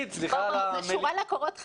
שורה לקורות החיים.